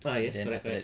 ah yes correct correct